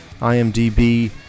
IMDB